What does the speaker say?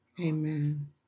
Amen